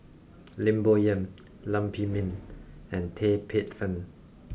Lim Bo Yam Lam Pin Min and Tan Paey Fern